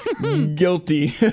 Guilty